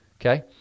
okay